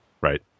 right